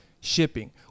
shipping